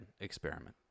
experiment